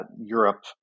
Europe